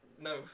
no